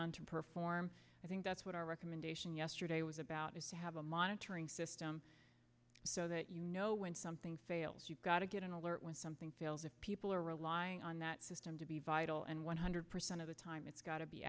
on to perform i think that's what our recommendation yesterday was about is to have a monitoring so that you know when something fails you've got to get an alert when something fails if people are relying on that system to be vital and one hundred percent of the time it's got to be